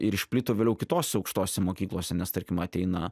ir išplito vėliau kitose aukštose mokyklose nes tarkim ateina